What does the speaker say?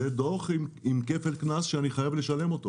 זה דוח עם כפל קנס שאני חייב לשלם.